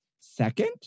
second